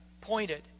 pointed